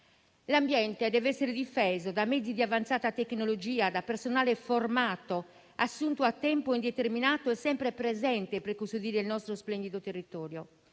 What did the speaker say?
L'ambiente deve essere difeso da mezzi di avanzata tecnologia, da personale formato assunto a tempo indeterminato e sempre presente per custodire il nostro splendido territorio.